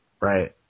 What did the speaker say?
Right